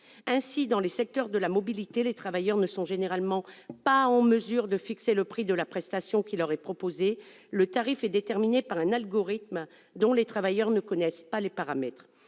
Ainsi, dans le domaine de la mobilité, les travailleurs ne sont généralement pas en mesure de fixer le prix de la prestation qui leur est proposée. Le tarif est déterminé par un algorithme dont ils ignorent les paramètres.